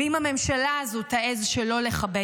ואם הממשלה הזו תעז שלא לכבד,